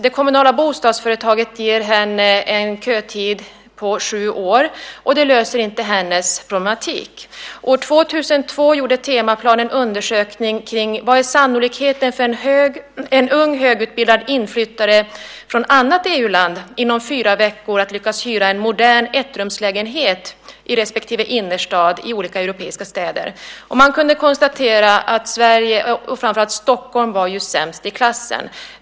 Det kommunala bostadsföretaget ger henne en kötid på sju år, och det löser inte hennes problematik. År 2002 gjorde Temaplan en undersökning. Frågan var: Vad är sannolikheten för en ung högutbildad inflyttare från annat EU-land att inom fyra veckor lyckas hyra en modern enrumslägenhet i respektive innerstad i olika europeiska städer? Man kunde konstatera att Stockholm var sämst i klassen.